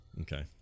Okay